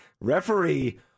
Referee